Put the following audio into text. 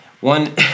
One